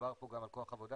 מדובר פה גם על כוח עבודה,